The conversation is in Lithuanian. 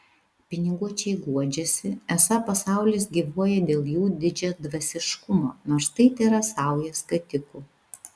piniguočiai guodžiasi esą pasaulis gyvuoja dėl jų didžiadvasiškumo nors tai tėra sauja skatikų